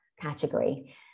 category